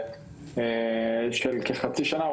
של כחצי שנה,